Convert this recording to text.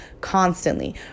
constantly